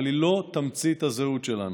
אבל היא לא תמצית הזהות שלנו.